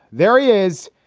there he is,